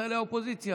מספסלי האופוזיציה.